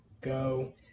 Go